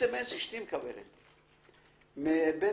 אס-אם-אס מבזק: